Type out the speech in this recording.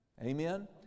Amen